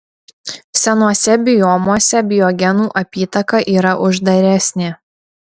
senuose biomuose biogenų apytaka yra uždaresnė